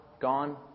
Gone